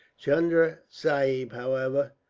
chunda sahib, however,